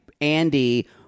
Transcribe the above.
Andy